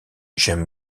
j’aime